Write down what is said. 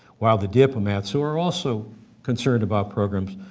while the diplomats who are also concerned about programs,